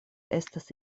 estas